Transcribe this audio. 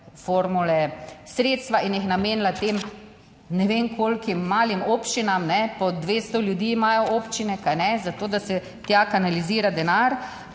sredstva in jih namenila tem, ne vem koliko malim občinam, po 200 ljudi imajo občine, kajne, za to, da se tja kanalizira denar